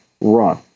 run